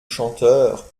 chanteur